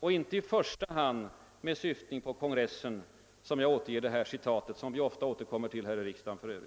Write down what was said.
och inte i första hand med syftning på kongressen som jag återger det här citatet, som vi för övrigt ofta återkommer till här i riksdagen.